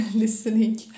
listening